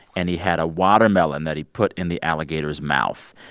and he had a watermelon that he put in the alligator's mouth.